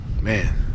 Man